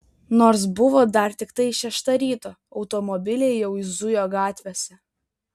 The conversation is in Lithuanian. nors buvo dar tiktai šešta ryto automobiliai jau zujo gatvėse